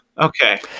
Okay